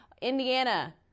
Indiana